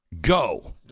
Go